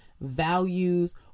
values